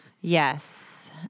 Yes